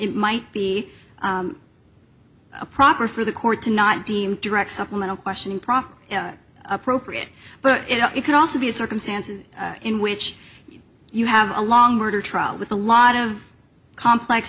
in might be a proper for the court to not deem direct supplemental questioning proper appropriate but it could also be a circumstances in which you have a long murder trial with a lot of complex